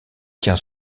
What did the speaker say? tient